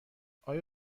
آیا